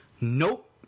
nope